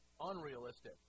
unrealistic